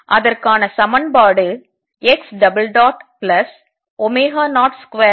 எனவே அதற்கான சமன்பாடு x02xβx20